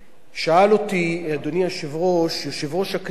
שאל אותי, אדוני היושב-ראש, יושב-ראש הכנסת,